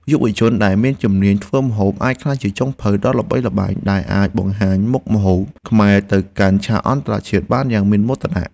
យុវជនដែលមានជំនាញធ្វើម្ហូបអាចក្លាយជាចុងភៅដ៏ល្បីល្បាញដែលអាចបង្ហាញមុខម្ហូបខ្មែរទៅកាន់ឆាកអន្តរជាតិបានយ៉ាងមោទនៈ។